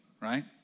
right